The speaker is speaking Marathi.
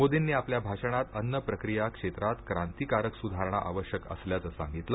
मोदींनी आपल्या भाषणात अन्न प्रक्रिया क्षेत्रात क्रांतिकारक सुधारणा आवश्यक असल्याचं सांगितलं